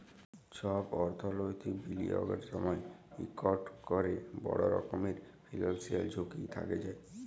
ছব অথ্থলৈতিক বিলিয়গের সময় ইকট ক্যরে বড় রকমের ফিল্যালসিয়াল ঝুঁকি থ্যাকে যায়